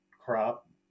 crop